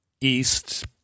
East